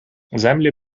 землі